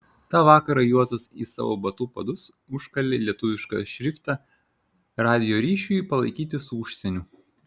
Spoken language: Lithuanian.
tą vakarą juozas į savo batų padus užkalė lietuvišką šriftą radijo ryšiui palaikyti su užsieniu